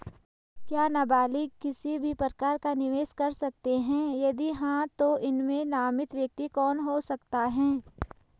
क्या नबालिग किसी भी प्रकार का निवेश कर सकते हैं यदि हाँ तो इसमें नामित व्यक्ति कौन हो सकता हैं?